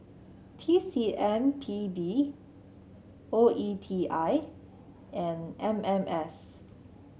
T C M P B O E T I and M M S